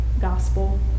gospel